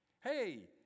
Hey